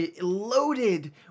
loaded